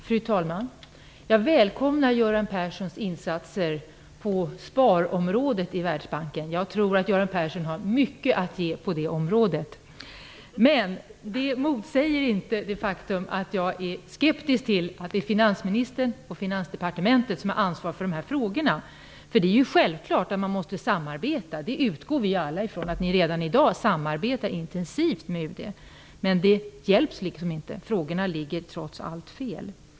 Fru talman! Jag välkomnar Göran Perssons insatser på sparområdet i Världsbanken. Jag tror att Göran Persson har mycket att ge på det området. Det motsäger inte det faktum att jag är skeptisk till att det är finansministern och Finansdepartementet som har ansvar för dessa frågor. Det är självklart att man måste samarbeta. Vi utgår alla från att ni redan i dag samarbetar intensivt med UD. Men det hjälps inte. Frågorna ligger trots allt fel.